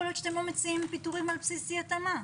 להיות שאתם לא מציעים פיטורים על בסיס אי-התאמה?